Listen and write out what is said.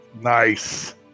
Nice